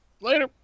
Later